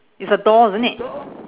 it's a door isn't it